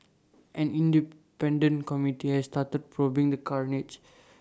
an independent committee has started probing the carnage